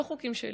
לא חוקים שלי,